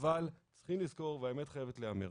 אבל צריכים לזכור והאמת חייבת להיאמר